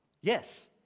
Yes